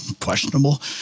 questionable